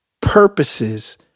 Purposes